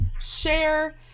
share